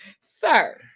sir